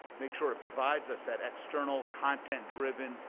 make sure it provides us that external content-driven,